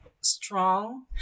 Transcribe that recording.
strong